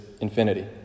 infinity